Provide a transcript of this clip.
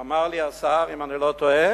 אמר לי השר, אם אני לא טועה,